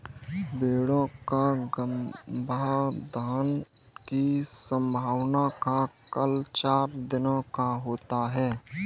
भेंड़ों का गर्भाधान की संभावना का काल चार दिनों का होता है